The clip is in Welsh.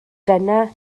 dyna